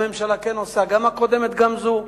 הממשלה כן עושה, גם הקודמת, גם זאת,